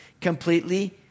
Completely